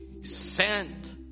sent